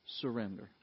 surrender